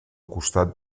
costat